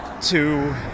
two